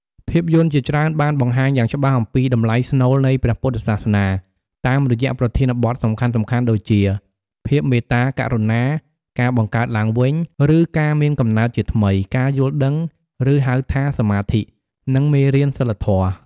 ភាពយន្តជាច្រើនបានបង្ហាញយ៉ាងច្បាស់អំពីតម្លៃស្នូលនៃព្រះពុទ្ធសាសនា តាមរយៈប្រធានបទសំខាន់ៗដូចជា ភាពមេត្តាករុណា ការបង្កើតឡើងវិញ ឬការមានកំណើតជាថ្មី ការយល់ដឹង ឬហៅថាសម្មាធិ និង មេរៀនសីលធម៌។